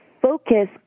focus